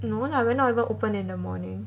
no lah we are not even open in the morning